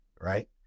Right